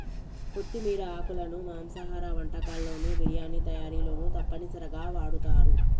కొత్తిమీర ఆకులను మాంసాహార వంటకాల్లోను బిర్యానీ తయారీలోనూ తప్పనిసరిగా వాడుతారు